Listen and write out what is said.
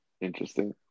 interesting